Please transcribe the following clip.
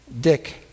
Dick